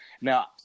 Now